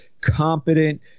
competent